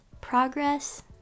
progress